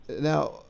now